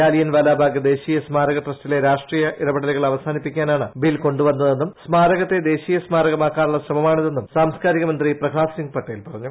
ജാലിയൻവാലാബാഗ് ദേശീയ സ്മാരക ട്രസ്റ്റിലെ രാഷ്ട്രീയ ഇടപെടലുകൾ അവസാനിപ്പിക്കാനാണ് ബിൽ കൊണ്ടുവന്നതെന്നും സ്മാരകത്തെ ദേശീയ സ്മാരകമാക്കാനുള്ള ശ്രമമാണിതെന്നും സാംസ്കാരിക മന്ത്രി പ്രഹ്താദ് സിംഗ് പട്ടേൽ പറഞ്ഞു